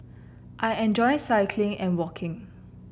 I enjoy cycling and walking